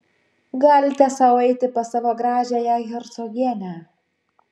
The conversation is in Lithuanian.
galite sau eiti pas savo gražiąją hercogienę